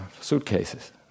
suitcases